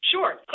Sure